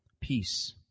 peace